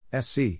SC